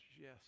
yes